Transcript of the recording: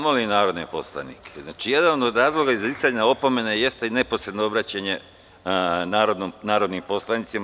Molim narodne poslanike, jedan od razloga izricanja opomene jeste i neposredno obraćanje narodnim poslanicima.